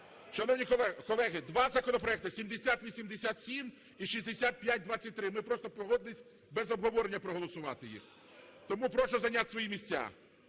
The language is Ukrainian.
Шановні колеги, два законопроекти 7087 і 6523, ми просто погодились без обговорення проголосувати їх. Тому прошу зайняти свої місця.